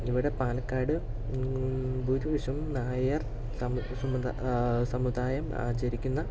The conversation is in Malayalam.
ഇവിടെ പാലക്കാട് ഭൂരിപക്ഷവും നായർ സമുദായം ആചരിക്കുന്ന